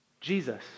Jesus